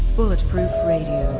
bulletproof radio,